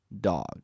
dog